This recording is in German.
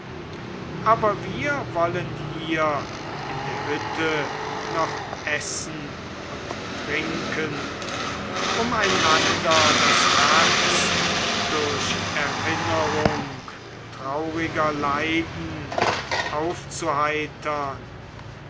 aber wir wollen hier in der hütte noch essen und trinken um einander das herz durch erinnerung trauriger leiden aufzuheitern